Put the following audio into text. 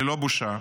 ללא בושה,